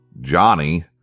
Johnny